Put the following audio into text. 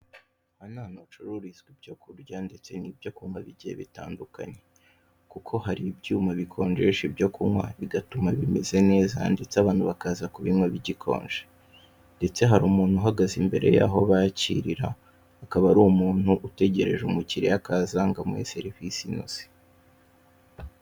Aha ni ahantu hacururizwa ibyo kurya ndetse n'ibyo kunywa bigiye bitandakanye, kuko hari ibyuma bikonjesha ibyo kunywa bigatuma bimeze neza; ndetse abantu bakaza kubinywa bigikonje. Ndetse hari umuntu uhagaze imbere yaho bakirira, akaba ari umuntu utegereje umukiriya ko aza ngo amuhe serivisi inoze.